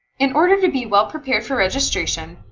in order to be well-prepared for registration,